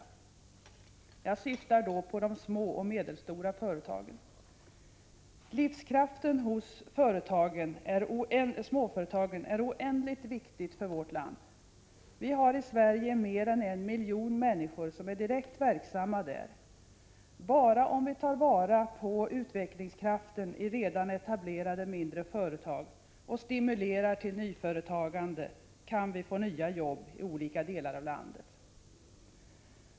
Jag syftar då på de små och medelstora företagen. Livskraften hos småföretagen är oändligt viktig för vårt land. Vi har i Sverige mer än 1 miljon människor direkt verksamma i småföretag. Bara om vi tar vara på utvecklingskraften i redan etablerade mindre företag och stimulerar till nyföretagande kan vi få nya jobb i olika delar av landet.